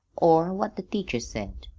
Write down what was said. or what the teacher said.